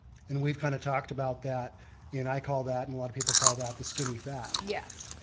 and we've kind of talked about that and i call that and a lot of people call that the skinny fat. yes.